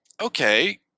okay